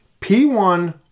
P1